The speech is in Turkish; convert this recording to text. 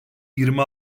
yirmi